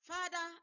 Father